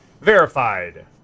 Verified